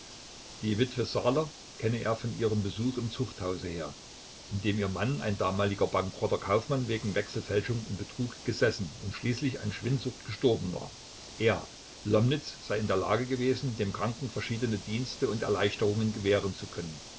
die witwe saaler kenne er von ihren besuchen im zuchthause her in dem ihr mann ein damaliger bankrotter kaufmann wegen wechselfälschung und betrug gesessen und schließlich an schwindsucht gestorben war er lomnitz sei in der lage gewesen dem kranken verschiedene dienste und erleichterungen gewähren zu können